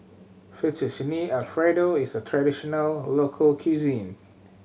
Fettuccine Alfredo is a traditional local cuisine